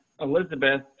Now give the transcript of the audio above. Elizabeth